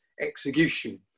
execution